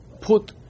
put